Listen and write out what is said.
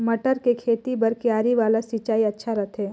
मटर के खेती बर क्यारी वाला सिंचाई अच्छा रथे?